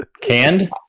Canned